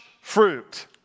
fruit